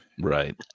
right